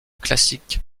classique